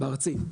בארצית,